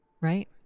right